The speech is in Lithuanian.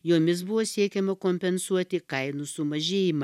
jomis buvo siekiama kompensuoti kainų sumažėjimą